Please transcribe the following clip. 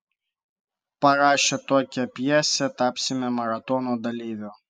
parašę tokią pjesę tapsime maratono dalyviu